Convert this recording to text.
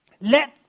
let